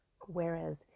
whereas